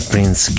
Prince